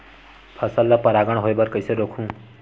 फसल ल परागण होय बर कइसे रोकहु?